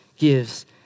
gives